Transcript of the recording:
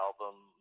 album